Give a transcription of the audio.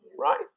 Right